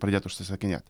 pradėt užsisakinėt